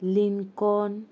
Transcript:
लिनकोन